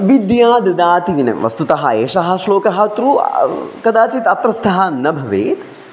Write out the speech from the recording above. विद्या ददाति विनयं वस्तुतः एषः श्लोकः तु कदाचित् अत्रस्थः न भवेत्